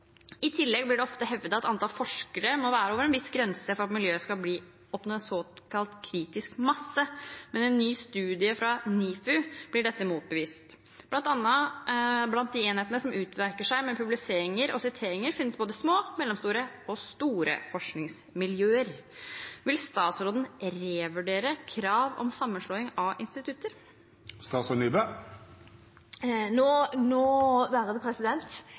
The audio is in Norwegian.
I tillegg blir det ofte hevdet at antall forskere må være over en viss grense for at miljøet skal oppnå en såkalt kritisk masse, men i en ny studie fra NIFU blir dette motbevist. Blant de enhetene som utmerker seg med publiseringer og siteringer, finnes både små, mellomstore og store forskningsmiljøer. Vil statsråden revurdere krav om sammenslåing av institutter?